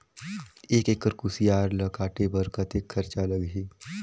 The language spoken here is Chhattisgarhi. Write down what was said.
एक एकड़ कुसियार ल काटे बर कतेक खरचा लगही?